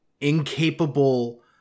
incapable